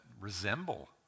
resemble